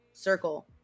Circle